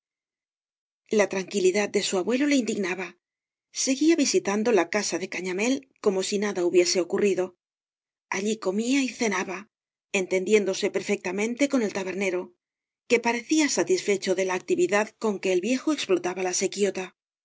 la tranquilidad de su abuelo le indignaba seguía visitando la casa de cañamél como si nada hubiese ocurrido allí comía y cenaba entendiéndose perfectamente con el tabernero que pagañas y barro recia satisfecho de la actividad con que el viejo explotaba la sequióta